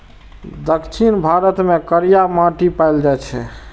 दक्षिण भारत मे करिया माटि पाएल जाइ छै